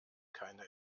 keine